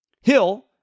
Hill